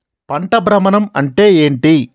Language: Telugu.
పంట భ్రమణం అంటే ఏంటి?